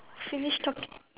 finish talking